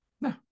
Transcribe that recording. no